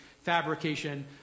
fabrication